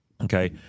Okay